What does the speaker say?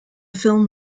film